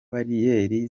bariyeri